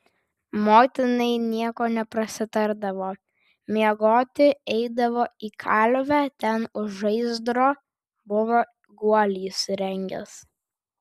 motinai nieko neprasitardavo miegoti eidavo į kalvę ten už žaizdro buvo guolį įsirengęs